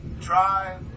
try